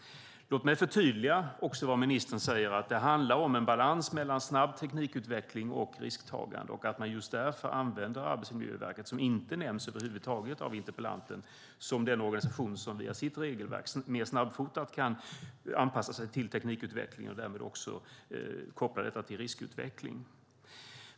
Låt mig förtydliga vad ministern säger. Det handlar om en balans mellan snabb teknikutveckling och risktagande. Just därför använder man Arbetsmiljöverket, som över huvud taget inte nämns av interpellanten, som den organisation som via sitt regelverk mer snabbfotat kan anpassa sig till teknikutvecklingen och därmed också koppla det till riskutvecklingen.